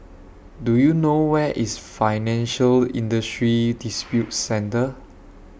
Do YOU know Where IS Financial Industry Disputes Center